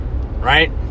right